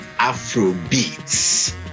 Afrobeats